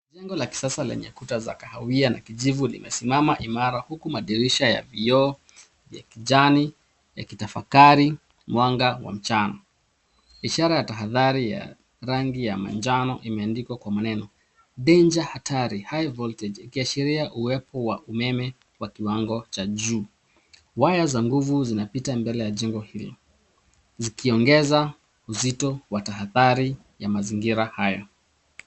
Jengo la kisasa lenye kuta za kahawia na kijivu limesimama imara huku madirisha ya vioo vya kijani yakitafakari mwanga wa mchana. Ishara ya tahadhari ya rangi ya manjano imeandikwa kwa maneno danger hatari high voltage ikiashiria uwepo wa umeme wa kiwango cha juu. Waya za nguvu zinapita mbele ya jengo hilo zikiongeza uzito wa tahadahari ya mazingira haya.